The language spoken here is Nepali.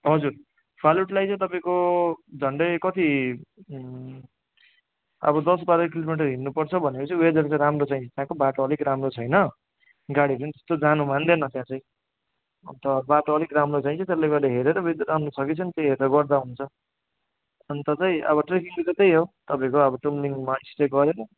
हजुर फालुटलाई चाहिँ तपाईँको झन्डै कति अब दस बाह्र किलोमिटर हिँड्नु पर्छ भनेपछि वेदर त राम्रो चाहिन्छ त्यहाँको बाटो अलिक राम्रो छैन गाडीहरू पनि त्यस्तो जानु मान्दैन त्यहाँ चै अन्त बाटो अलिक राम्रो चाहिन्छ त्यसले गर्दा हिँडेर वेदर राम्रो छ कि छैन त्यो हेरेर गर्दा हुन्छ अन्त चाहिँ अब ट्र्याकिङको चाहिँ त्यही हो तपाईँको अब तुमलिङमा स्टे गरेर